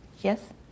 Yes